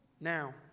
now